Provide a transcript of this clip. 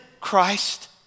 Christ